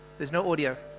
there's no audio